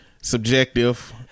subjective